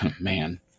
man